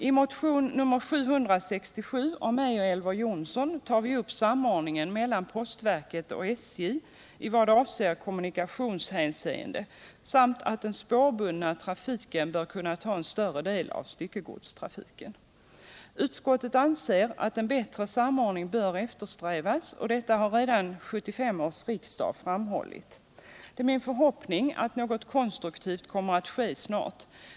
I motionen 767 tar Elver Jonsson och jag upp samordningen mellan postverket och SJ i kommunikationshänseende samt den spårbundna trafiken, vilken bör kunna ta en större del av styckegodstrafiken. Utskottet anser att en bättre samordning bör eftersträvas, och detta har redan 1975 års riksdag framhållit. Det är min förhoppning att något konstruktivt snart kan ske.